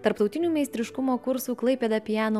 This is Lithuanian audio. tarptautinių meistriškumo kursų klaipėda piano